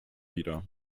wieder